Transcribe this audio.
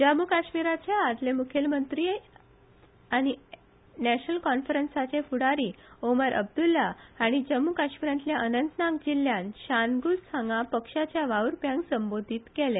जम्मु काश्मीराचे आदले मुखेलमंत्री आनी नॅशनल कॉन्फरन्साचे फूडारी ओमर अब्दुल्ला हांणी जम्मु काश्मीरातल्या अनंतनाग जिल्ल्यांत शानगुस हांगा पक्षाच्या वाव्रप्यांक संबोधीत केले